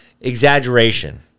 Exaggeration